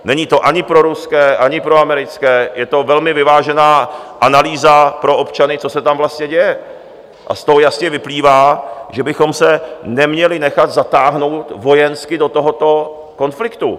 Není to ani proruské, ani proamerické, je to velmi vyvážená analýza pro občany, co se tam vlastně děje, a z toho jasně vyplývá, že bychom se neměli nechat zatáhnout vojensky do tohoto konfliktu.